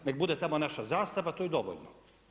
Nek bude tamo naša zastava, to je dovoljno.